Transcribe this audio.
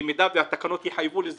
במידה והתקנות יחייבו לזרוק,